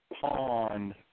pond